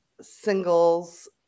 singles